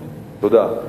תודה.